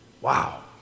Wow